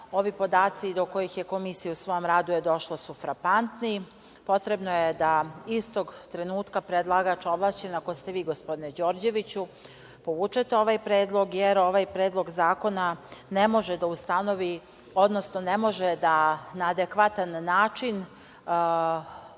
Ovi podaci do kojih je Komisija u svom radu došla su frapantni. Potrebno je da istog trenutka predlagač ovlašćen, ako ste vi gospodine Đorđeviću, povučete ovaj predlog, jer ovaj predlog zakona ne može da ustanovi, odnosno ne može da na adekvatan način